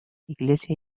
iglesia